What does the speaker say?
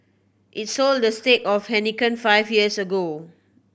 it sold the stake of Heineken five years ago